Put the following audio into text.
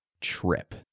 trip